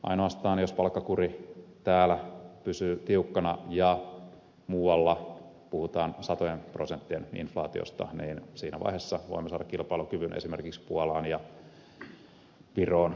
ainoastaan jos palkkakuri täällä pysyy tiukkana ja muualla puhutaan satojen prosenttien inflaatiosta niin siinä vaiheessa voimme saada kilpailukyvyn esimerkiksi puolaan ja viroon takaisin